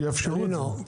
שיאפשרו את זה.